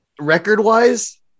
record-wise